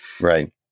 Right